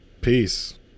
peace